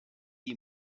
die